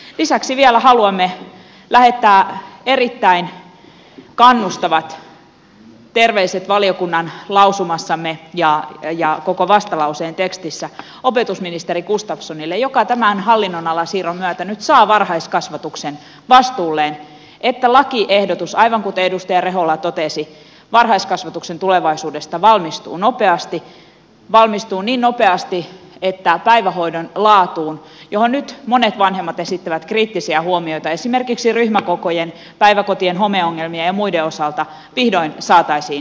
lisäksi vielä haluamme lähettää erittäin kannustavat terveiset valiokunnan lausumassamme ja koko vastalauseen tekstissä opetusministeri gustafssonille joka tämän hallinnonalasiirron myötä nyt saa varhaiskasvatuksen vastuulleen että lakiehdotus aivan kuten edustaja rehula totesi varhaiskasvatuksen tulevaisuudesta valmistuu nopeasti valmistuu niin nopeasti että päivähoidon laatu johon nyt monet vanhemmat esittävät kriittisiä huomioita esimerkiksi ryhmäkokojen päiväkotien homeongelmien ja muiden osalta vihdoin saataisiin